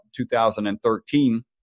2013